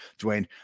Dwayne